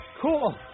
Cool